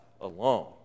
alone